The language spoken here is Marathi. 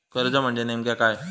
कर्ज म्हणजे नेमक्या काय?